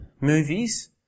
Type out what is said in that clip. movies